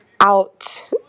out